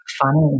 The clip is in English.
funny